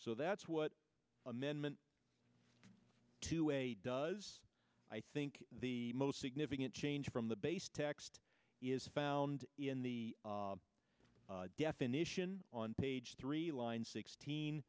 so that's what amendment two way does i think the most significant change from the base text is found in the definition on page three line sixteen